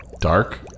dark